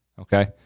Okay